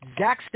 Zach